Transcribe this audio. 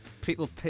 people